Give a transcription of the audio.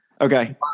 Okay